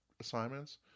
assignments